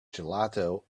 gelato